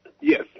Yes